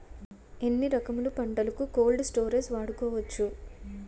ఎన్ని రకములు పంటలకు కోల్డ్ స్టోరేజ్ వాడుకోవచ్చు?